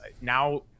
Now